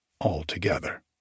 altogether